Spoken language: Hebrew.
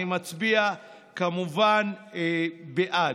אני מצביע כמובן בעד.